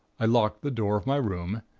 i locked the door of my room,